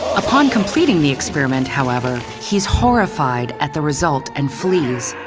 upon completing the experiment, however, he's horrified at the result and flees.